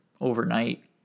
overnight